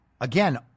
again